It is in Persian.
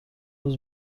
روز